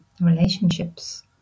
relationships